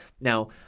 now